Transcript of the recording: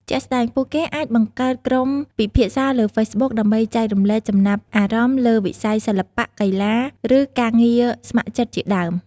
ជាក់ស្ដែងពួកគេអាចបង្កើតក្រុមពិភាក្សាលើ ហ្វេសប៊ុក ដើម្បីចែករំលែកចំណាប់អារម្មណ៍លើវិស័យសិល្បៈ កីឡា ឬការងារស្ម័គ្រចិត្តជាដើម។